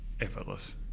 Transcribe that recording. effortless